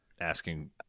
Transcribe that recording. asking